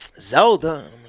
Zelda